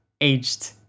aged